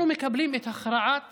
אנחנו מקבלים את הכרעת